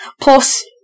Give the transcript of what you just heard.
Plus